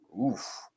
oof